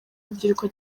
urubyiruko